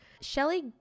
Shelley